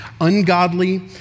ungodly